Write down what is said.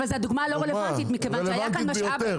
אבל הדוגמה לא רלוונטית מכיוון שהיה כאן משאב --- רלוונטית ביותר.